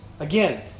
Again